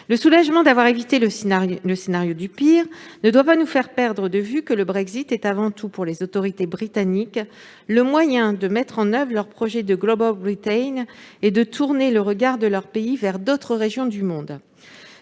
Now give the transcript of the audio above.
Le soulagement d'avoir évité le scénario du pire ne doit pas nous faire perdre de vue que le Brexit est avant tout, pour les autorités britanniques, le moyen de mettre en oeuvre leur projet de et de tourner leur regard vers d'autres régions du monde.